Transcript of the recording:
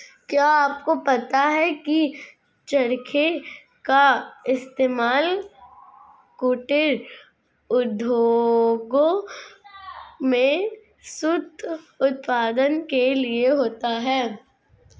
क्या आपको पता है की चरखे का इस्तेमाल कुटीर उद्योगों में सूत उत्पादन के लिए होता है